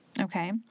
okay